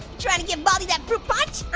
trying to give baldy that fruit punch?